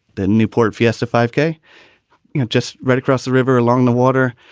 the newport fiesta five k you know just right across the river along the water.